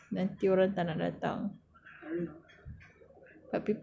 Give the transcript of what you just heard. maybe she don't want to tell people because nanti orang tak nak datang